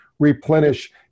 replenish